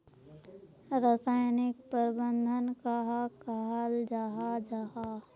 रासायनिक प्रबंधन कहाक कहाल जाहा जाहा?